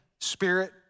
Spirit